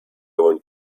want